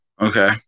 Okay